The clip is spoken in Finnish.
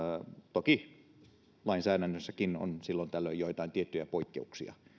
toki lainsäädännössäkin on silloin tällöin joitain tiettyjä poikkeuksia